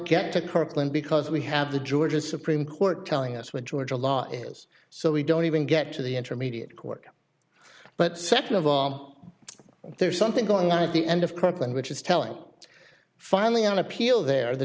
get to kirkland because we have the georgia supreme court telling us what georgia law is so we don't even get to the intermediate court but second of all there's something going on at the end of kirkland which is telling finally on appeal there the